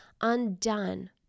undone